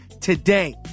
today